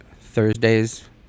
Thursdays